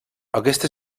aquesta